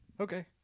Okay